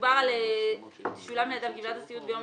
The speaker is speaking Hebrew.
מדובר על שולם לידיו גמלת הסיעוד ביום